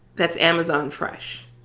that's amazon fresh.